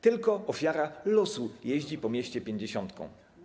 Tylko ofiara losu jeździ po mieście pięćdziesiątką.